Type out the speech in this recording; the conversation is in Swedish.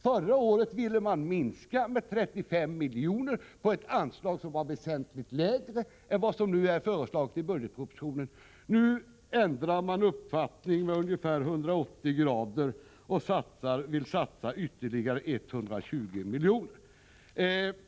Förra året ville man minska med 35 miljoner på ett anslag som var väsentligt lägre än vad som nu är föreslaget i budgetpropositionen. Nu ändrar man uppfattning med ungefär 180 grader och vill satsa ytterligare 120 miljoner.